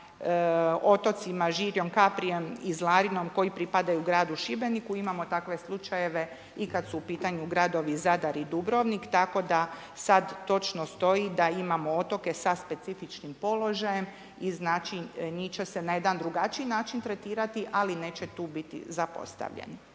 otocima Žirjem, Kaprijem i Zlarinom koji pripadaju gradu Šibeniku, imamo takve slučajeve i kad su u pitanju gradovi Zadar i Dubrovnik, tako da sad točno stoji da imamo otoke sa specifičnim položajem i njih će se na jedan drugačiji način tretirati ali neće tu biti zapostavljen.